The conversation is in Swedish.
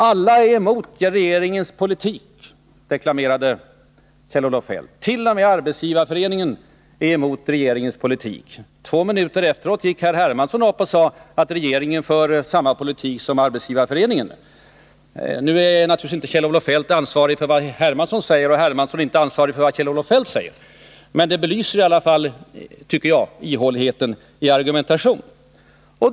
Alla är emot regeringens politik, deklarerade Kjell-Olof Feldt. T. o. m. Arbetsgivareföreningen är emot regeringens politik! Två minuter senare sade herr Hermansson att regeringen för samma politik som Arbetsgivareföreningen. Kjell-Olof Feldt är naturligtvis inte ansvarig för vad C. H. Hermansson säger, och C.H. Hermansson är inte ansvarig för vad Kjell-Olof Feldt säger, men detta belyser i alla fall, tycker jag, ihåligheten i argumentationen.